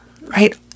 right